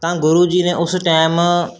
ਤਾਂ ਗੁਰੂ ਜੀ ਨੇ ਉਸ ਟਾਈਮ